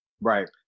Right